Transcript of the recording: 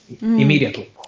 immediately